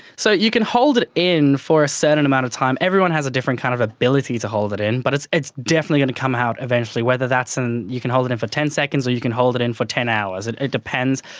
so you can hold it in for a certain amount of time. everyone has a different kind of ability to hold it in, but it's it's definitely going to come out eventually, whether and you can hold it in for ten seconds or you can hold it in for ten hours, it it depends.